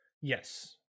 Yes